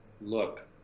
look